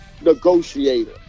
negotiator